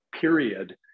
period